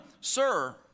Sir